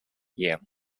year